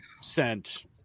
sent